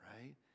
right